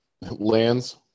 lands